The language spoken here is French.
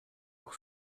pour